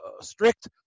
strict